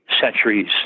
centuries